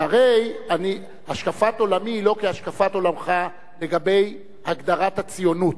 שהרי השקפת עולמי היא לא כהשקפת עולמך לגבי הגדרת הציונות.